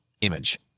image